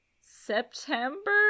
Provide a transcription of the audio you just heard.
September